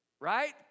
Right